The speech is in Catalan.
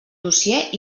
dossier